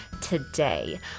today